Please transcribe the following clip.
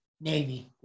Navy